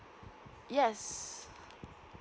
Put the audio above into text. yes